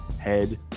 head